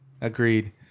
agreed